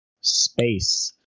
space